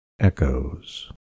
echoes